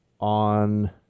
on